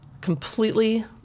Completely